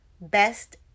best